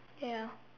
ya